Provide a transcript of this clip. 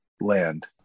land